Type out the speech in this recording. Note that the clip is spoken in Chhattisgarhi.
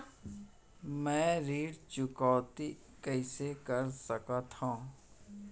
मैं ऋण चुकौती कइसे कर सकथव?